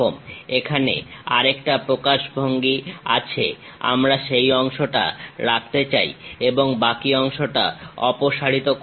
এখানে আরেকটা প্রকাশভঙ্গি আছে আমরা সেই অংশটা রাখতে চাই এবং বাকি অংশটা অপসারিত করতে চাই